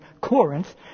Corinth